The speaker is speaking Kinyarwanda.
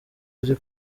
uzi